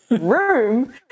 room